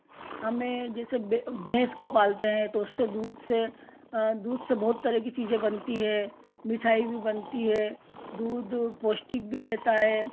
हमें जैसे बै भैंस को पालते हैं तो उससे दूध से दूध से बहुत तरह की चीज़ें बनती है मिठाई भी बनती है दूध पौष्टिक भी रहता है